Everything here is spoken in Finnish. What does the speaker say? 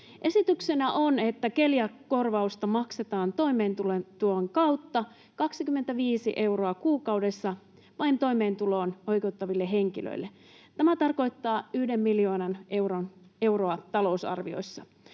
Esityksenä on, että keliakiakorvausta maksetaan toimeentulotuen kautta 25 euroa kuukaudessa vain toimeentulotukeen oikeuttaville henkilöille. Tämä tarkoittaa yhtä miljoonaa euroa talousarvioissa.